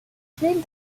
claimed